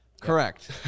Correct